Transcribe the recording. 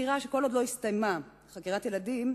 כל עוד לא הסתיימה חקירת הילדים,